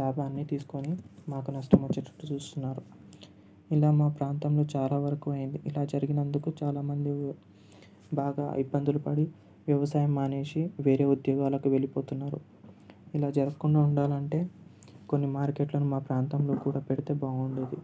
లాభాన్ని తీసుకొని మాకు నష్టం వచ్చేటట్టు చూస్తున్నారు ఇలా మా ప్రాంతంలో చాలా వరకు అయింది ఇలా జరిగినందుకు చాలామంది బాగా ఇబ్బందులు పడి వ్యవసాయం మానేసి వేరే ఉద్యోగాలకు వెళ్ళిపోతున్నారు ఇలా జరగకుండా ఉండాలంటే కొన్ని మార్కెట్లను మా ప్రాంతంలో కూడా పెడితే బాగుండేది